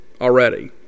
Already